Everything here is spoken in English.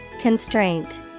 Constraint